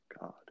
God